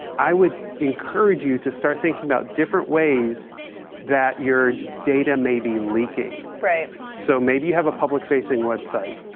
i would encourage you to start thinking about different ways that your data may be leaking. right. so maybe you have a public facing website,